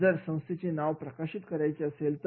जर संस्थेचे नाव प्रकाशित करायचे असेल तर